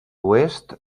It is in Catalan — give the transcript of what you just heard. oest